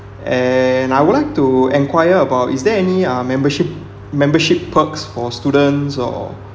and I would like to enquire about is there any uh membership membership perks for students or